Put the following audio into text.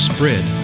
Spread